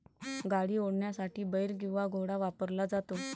गाडी ओढण्यासाठी बेल किंवा घोडा वापरला जातो